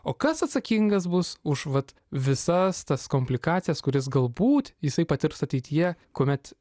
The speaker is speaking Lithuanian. o kas atsakingas bus už vat visas tas komplikacijas kurias galbūt jisai patirs ateityje kuomet